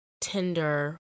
Tinder